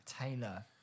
Taylor